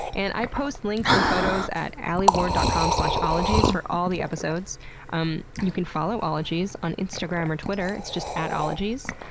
and, i post links and photos at alieward dot com slash ologies for all the episodes um you can follow ologies on instagram or twitter it's just at ologies.